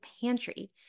pantry